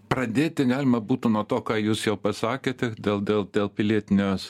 pradėti galima būtų nuo to ką jūs jau pasakėte dėl dėl dėl pilietinės